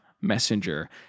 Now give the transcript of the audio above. messenger